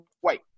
white